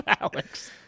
Alex